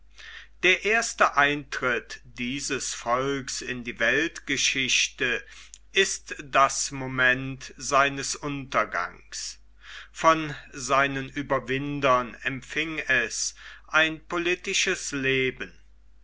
der erste eintritt dieses volks in die weltgeschichte ist das moment seines untergangs von seinen ueberwindern empfing es ein politisches leben